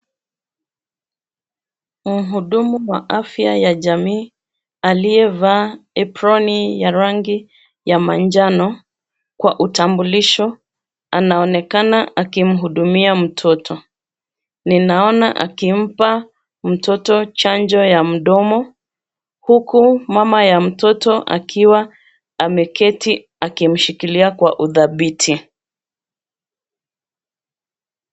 Mhudumu wa afya ya jamii, aliyevaa, aproni ya rangi, ya manjano, kwa utambulisho, anaonekana akimhudumia mtoto. Ninaona akimpa, mtoto chanjo ya mdomo, huku mama ya mtoto akiwa, ameketi, akimshikilia kwa udhabiti.